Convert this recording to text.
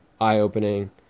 eye-opening